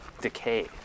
decay